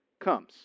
comes